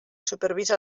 supervisa